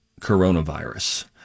coronavirus